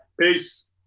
peace